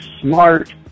smart